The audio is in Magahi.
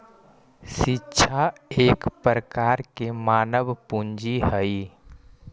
शिक्षा एक प्रकार के मानव पूंजी हइ